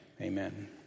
amen